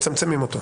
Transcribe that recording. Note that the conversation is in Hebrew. מצמצמים אותו.